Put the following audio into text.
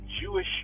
Jewish